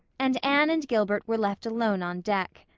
and anne and gilbert were left alone on deck.